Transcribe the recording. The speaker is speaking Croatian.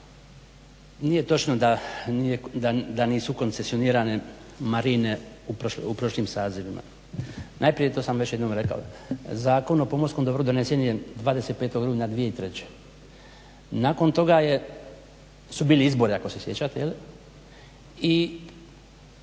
nije točno da nisu koncesionirane marine u prošlim sazivima. Najprije, to sam već jednom rekao, Zakon o pomorskom dobru donesen je 25. rujna 2003. Nakon toga su bili izbori ako se sjećate i